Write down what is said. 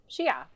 Shia